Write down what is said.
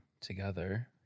together